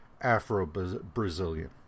Afro-Brazilian